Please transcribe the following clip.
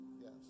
yes